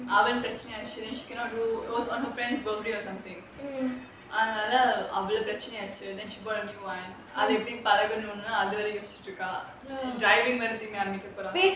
அவனுக்கு பிரச்னை ஆச்சு:avanukku prachanai aachu and then she cannot do it was on her friend's birthday or something அதனால அவனுக்கு பிரச்னை ஆச்சு:adhanaala avanukku prachanai aachu and then she bought a new [one] driving அது எப்படி பழகனும் னு அது வேற யோசிச்சிடிருக்க:adhu eppadi pazhaganum nu adhu vera yochitiruka